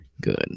good